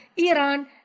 Iran